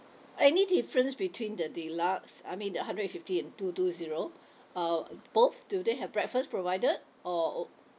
any difference between the deluxe I mean the hundred and fifteen and two two zero uh both do they have breakfast provided or